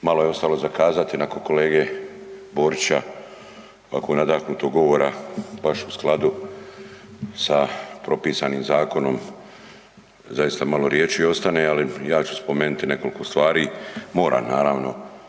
Malo je ostalo za kazati nakon kolege Borića, ovako nadahnut govora baš u skladu sa propisanim zakonom, zaista malo riječi ostane, ali ja ću spomenuti nekoliko stvari, moram naravno,